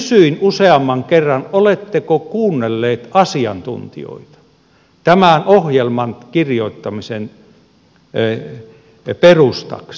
kysyin useamman kerran oletteko kuunnelleet asiantuntijoita tämän ohjelman kirjoittamisen perustaksi